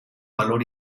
valor